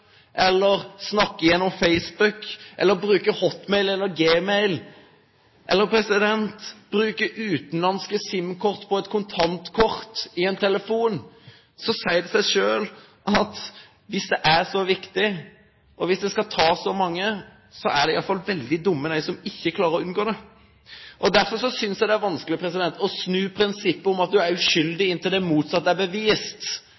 eller snakke gjennom Facebook eller bruke Hotmail eller Gmail, eller bruke utenlandske SIM-kort på et kontantkort i en telefon, sier det seg selv at hvis det er så viktig, og hvis det skal tas så mange, er de veldig dumme de som ikke klarer å unngå det. Derfor synes jeg det er vanskelig å snu prinsippet om at du er